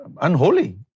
unholy